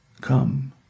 Come